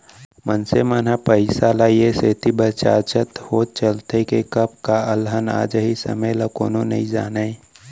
मनसे मन ह पइसा ल ए सेती बचाचत होय चलथे के कब का अलहन आ जाही समे ल कोनो नइ जानयँ